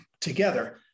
together